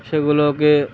সেগুলোকে